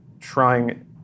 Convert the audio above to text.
trying